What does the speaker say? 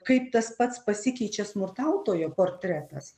kaip tas pats pasikeičia smurtautojo portretas